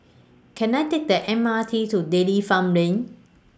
Can I Take The M R T to Dairy Farm Lane